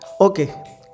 Okay